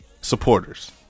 supporters